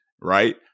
right